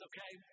Okay